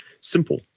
simple